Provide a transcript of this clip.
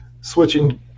switching